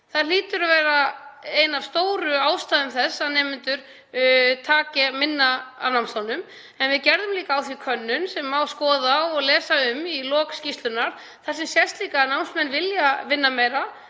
Það hlýtur að vera ein af stóru ástæðum þess að nemendur taka minna af námslánum. Við gerðum líka á því könnun sem má skoða og lesa um í lok skýrslunnar þar sem sést líka að námsmenn vilja vinna meira,